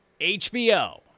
HBO